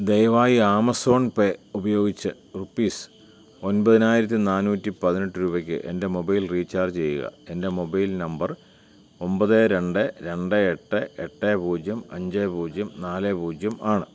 ദയവായി Amazon Pay ഉപയോഗിച്ച് rupees ഒൻപതിനായിരത്തി നാന്നൂറ്റി പതിനെട്ട് രൂപയ്ക്ക് എൻ്റെ മൊബൈൽ റീചാർജ് ചെയ്യുക എൻ്റെ മൊബൈൽ നമ്പർ ഒൻപത് രണ്ട് രണ്ട് എട്ട് എട്ട് പൂജ്യം അഞ്ച് പൂജ്യം നാല് പൂജ്യം ആണ്